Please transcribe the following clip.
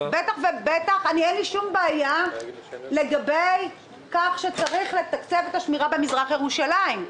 אין לי שום בעיה לגבי כך שצריך לתקצב את השמירה במזרח ירושלים,